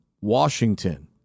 Washington